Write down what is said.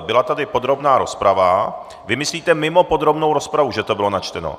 Byla tady podrobná rozprava vy myslíte mimo podrobnou rozpravu, že to bylo načteno.